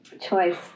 Choice